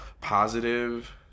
positive